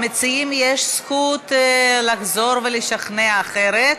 למציעים יש זכות לחזור ולשכנע אחרת.